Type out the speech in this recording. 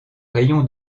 rayon